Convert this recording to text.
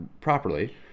properly